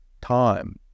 time